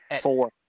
Four